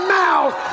mouth